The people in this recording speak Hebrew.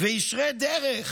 וישרי דרך